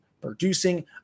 producing